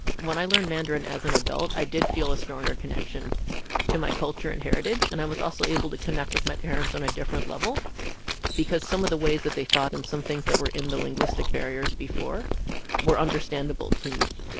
when i learned mandarin as an adult, i did feel a stronger connection to my culture and heritage. and i was also able to connect with my parents on a different level because some of the ways that they thought and some things that were in the linguistic barriers before were understandable to me